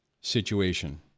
situation